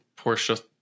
Porsche